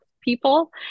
people